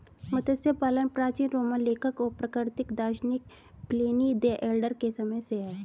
मत्स्य पालन प्राचीन रोमन लेखक और प्राकृतिक दार्शनिक प्लिनी द एल्डर के समय से है